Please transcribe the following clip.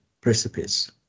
precipice